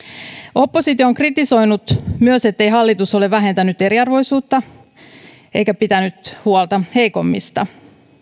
oppositio on kritisoinut myös ettei hallitus ole vähentänyt eriarvoisuutta eikä pitänyt huolta heikommista